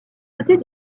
dotés